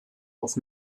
auf